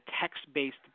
text-based